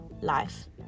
life